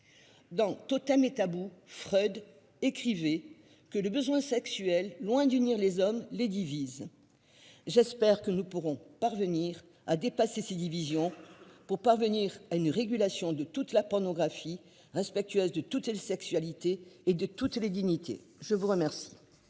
Dans Totem et Tabou Freud écrivez que le besoin sexuel loin d'unir les hommes les divise. J'espère que nous pourrons parvenir à dépasser ses divisions pour parvenir à une régulation de toute la pornographie respectueuse de toutes sexualité et de toutes les dignités. Je vous remercie.